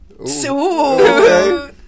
Okay